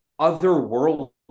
otherworldly